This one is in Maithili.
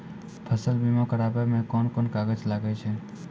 फसल बीमा कराबै मे कौन कोन कागज लागै छै?